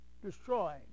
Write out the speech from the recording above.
Destroying